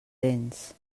dents